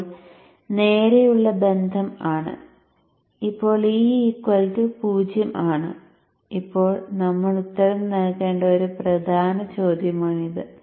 ഇപ്പോൾ നേരെയുള്ള ബന്ധം ആണ് ഇപ്പോൾ e 0 ആണ് ഇപ്പോൾ നമ്മൾ ഉത്തരം നൽകേണ്ട ഒരു പ്രധാന ചോദ്യമാണിത്